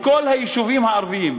את כל היישובים הערביים,